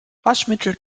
waschmittel